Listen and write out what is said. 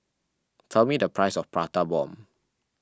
tell me the price of Prata Bomb